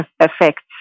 effects